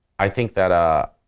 i think that, ah